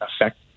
affect